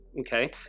Okay